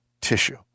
tissue